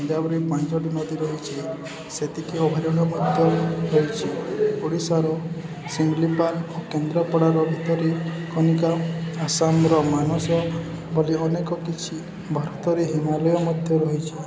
ପଞ୍ଜାବରେ ପାଞ୍ଚଟି ନଦୀ ରହିଛି ସେତିକି ଅଭୟାରଣ ମଧ୍ୟ ରହିଛି ଓଡ଼ିଶାର ସିମଲିପାଳ ଓ କେନ୍ଦ୍ରପଡ଼ାର ଭିତର କନିକା ଆସାମର ମାନସ ବୋଲି ଅନେକ କିଛି ଭାରତରେ ହିମାଳୟ ମଧ୍ୟ ରହିଛି